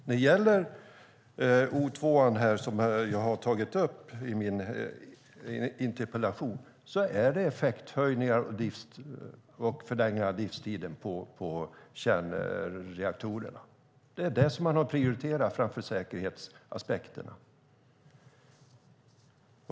När det gäller Oskarshamn 2, som jag har tagit upp i min interpellation, är det effekthöjningar och att förlänga livstiden på kärnreaktorerna som man har prioriterat framför säkerhetsaspekterna.